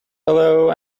hello